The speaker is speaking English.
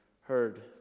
heard